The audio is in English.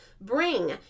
Bring